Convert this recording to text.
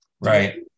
Right